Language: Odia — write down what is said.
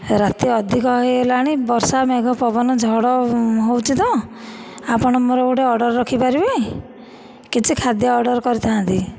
ରାତି ଅଧିକ ହୋଇଗଲାଣି ବର୍ଷା ମେଘ ପବନ ଝଡ଼ ହେଉଛି ତ ଆପଣ ମୋର ଗୋଟିଏ ଅର୍ଡ଼ର ରଖିପାରିବେ କିଛି ଖାଦ୍ୟ ଅର୍ଡ଼ର କରିଥାନ୍ତି